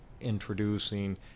introducing